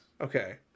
Okay